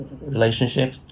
relationship